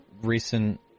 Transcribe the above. recent